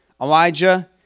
Elijah